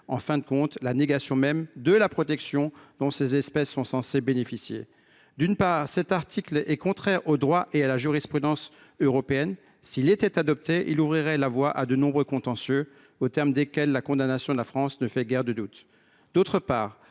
en fin de compte, la négation même de la protection dont ces espèces sont censées bénéficier. D’une part, cet article est contraire au droit et à la jurisprudence européenne. S’il était adopté, il ouvrirait la voie à de nombreux contentieux, au terme desquels la condamnation de la France ne ferait guère de doute. D’autre part,